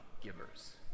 givers